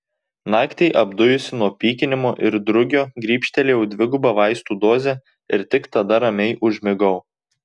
naktį apdujusi nuo pykinimo ir drugio grybštelėjau dvigubą vaistų dozę ir tik tada ramiai užmigau